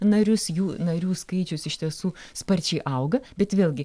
narius jų narių skaičius iš tiesų sparčiai auga bet vėlgi